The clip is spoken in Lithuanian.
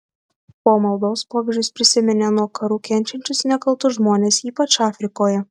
po maldos popiežius prisiminė nuo karų kenčiančius nekaltus žmones ypač afrikoje